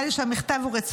נראה לי שהמכתב הוא רציני,